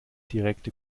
direkte